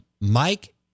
Mike